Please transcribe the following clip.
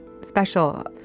special